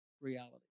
reality